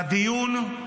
בדיון,